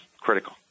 critical